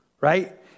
right